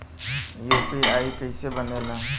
UPI कईसे बनेला?